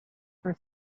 for